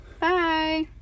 Bye